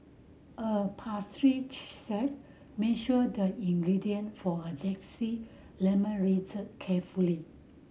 a pastry chef measured the ingredient for a lemon carefully